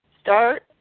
start